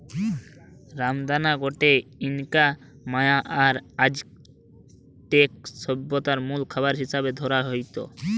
রামদানা গটে Inca, Maya আর অ্যাজটেক সভ্যতারে মুল খাবার হিসাবে ধরা হইত